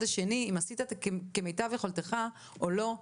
השני אם הוא עשה כמיטב יכולתו או לא,